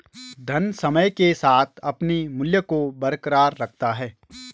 धन समय के साथ अपने मूल्य को बरकरार रखता है